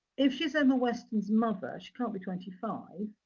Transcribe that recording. if she's emma weston's mother, she can't be twenty five.